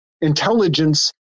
Intelligence